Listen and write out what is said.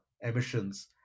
emissions